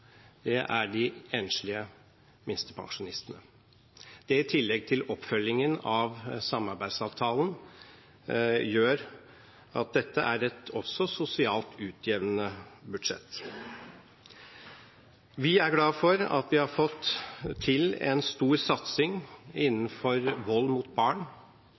Det er de enslige minstepensjonistene. Det, i tillegg til oppfølgingen av samarbeidsavtalen, gjør at dette også er et sosialt utjevnende budsjett. Vi er glade for at vi har fått til en stor satsing innenfor vold mot barn.